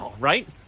Right